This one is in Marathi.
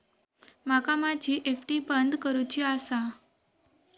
माका माझी एफ.डी बंद करुची आसा